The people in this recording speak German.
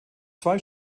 zwei